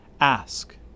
Ask